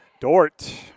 Dort